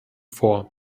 vor